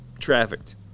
trafficked